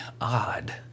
odd